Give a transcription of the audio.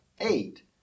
eight